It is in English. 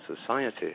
society